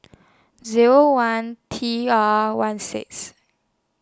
Zero one T R one six